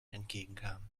entgegenkam